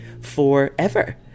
forever